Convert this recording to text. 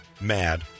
mad